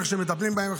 איך שמטפלים בהן,